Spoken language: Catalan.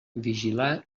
vigilar